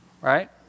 right